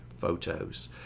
photos